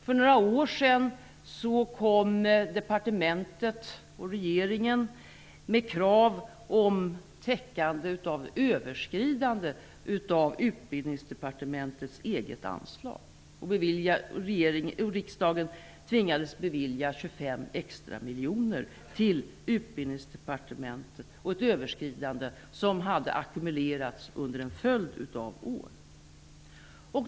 För några år sedan framförde departementet och regeringen krav på täckande av överskridande av Utbildningsdepartementets eget anslag. Riksdagen tvingades bevilja 25 extra miljoner till Utbildningsdepartementet. Det rörde sig om ett överskridande som hade ackumulerats under en följd av år.